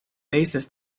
basis